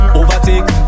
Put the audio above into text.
overtake